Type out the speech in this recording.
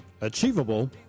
achievable